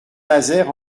nazaire